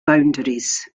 boundaries